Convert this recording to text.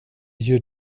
gör